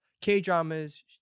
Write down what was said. K-dramas